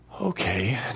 Okay